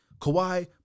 Kawhi